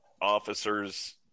officer's